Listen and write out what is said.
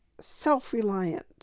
self-reliant